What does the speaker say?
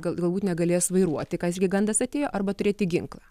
gal galbūt negalės vairuoti kas gi gandas atėjo arba turėti ginklą